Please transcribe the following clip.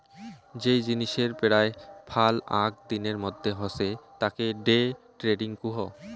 যেই জিনিসের পেরায় ফাল আক দিনের মধ্যে হসে তাকে ডে ট্রেডিং কুহ